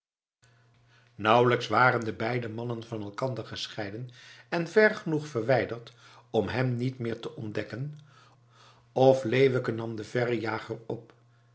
nauwelijks waren de beide mannen van elkander gescheiden en ver genoeg verwijderd om hem niet meer te ontdekken of leeuwke nam den verrejager op